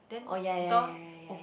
orh ya ya ya ya ya ya